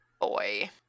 boy